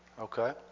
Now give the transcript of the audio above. Okay